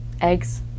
eggs